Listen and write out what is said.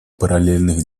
параллельных